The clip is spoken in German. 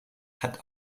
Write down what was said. hat